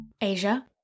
Asia